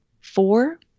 Four